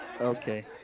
Okay